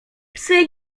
psy